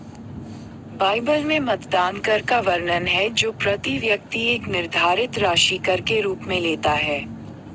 Bible में मतदान कर का वर्णन है जो प्रति व्यक्ति एक निर्धारित राशि कर के रूप में लेता है